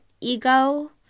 ego